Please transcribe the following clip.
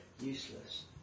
useless